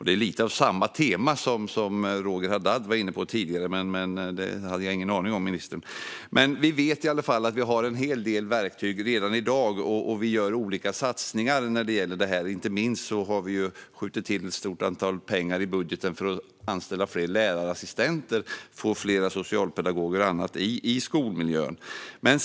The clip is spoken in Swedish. Det är lite samma tema som Roger Haddad var inne på tidigare, men det hade jag ingen aning om, ministern. Vi har redan i dag en hel del verktyg, och regeringen gör olika satsningar. Inte minst har ett stort antal kronor skjutits till i budgeten för att få fler lärarassistenter, socialpedagoger med mera i skolmiljön.